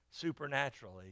supernaturally